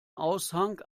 aushang